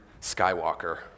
Skywalker